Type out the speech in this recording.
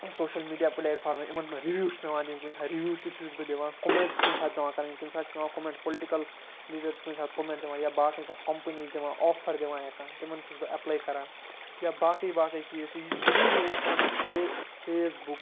social media platform یِمَن منٛز review چھِ پٮ۪وان دِنۍ کُنہِ ساتہٕ رِوِو تہِ چھُس بہٕ دِوان کوٚمٮ۪نٛٹ چھِ کُنہِ ساتہٕ پٮ۪وان کَرٕنۍ کُنہِ ساتہٕ چھِ پٮ۪وان کوٚمٮ۪نٛٹ پُلٹِکَل لیٖڈَر چھِ کُنہِ ساتہٕ کوٚمٮ۪نٛٹ دِوان یا باقٕے کانٛہہ کمپٔنی چھِ دِوان آفَر دِوان یا کانٛہہ تِمَن چھُس بہٕ اٮ۪پلَے کران یا باقٕے باقٕے چیٖز چھِ یہِ چھِ ضٔروٗری اِنسانَس پے فیس بُک